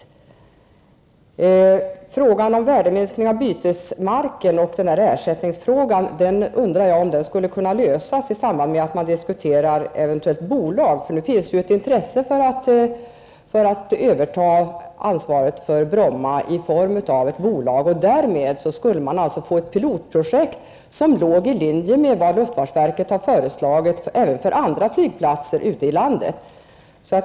Jag undrar om inte frågan om värdeminskning av bytesmarken och ersättningsfrågan skulle kunna lösas i samband med att man diskuterar ett eventuellt bolag. Det finns ju ett intresse för att överta ansvaret för Bromma flygplats i form av ett bolag. Därmed skulle man få ett pilotprojekt som låg i linje med vad luftfartsverket har föreslagit även för andra flygplatser ute i landet.